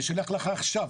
אני אשלח לך עכשיו.